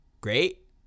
great